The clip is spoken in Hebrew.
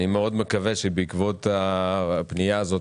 אני מאוד מקווה שבעקבות הפנייה הזאת